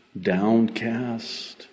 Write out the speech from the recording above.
downcast